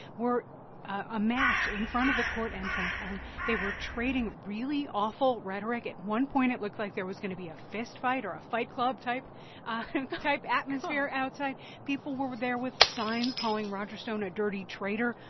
were amassed in front of the court entrance. and they were trading really awful rhetoric. at one point, it looked like there was going to be a fistfight or a fight club type and type atmosphere outside gosh people were were there with signs calling roger stone a dirty trader.